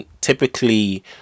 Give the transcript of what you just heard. typically